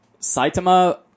Saitama